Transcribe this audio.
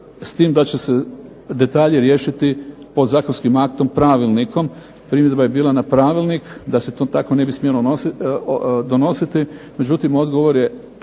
s tim da će se detalji riješiti podzakonskim aktom pravilnikom. Primjedba je bila na pravilnik da se to tako ne bi smjelo donositi,